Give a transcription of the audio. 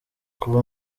kuva